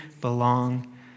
belong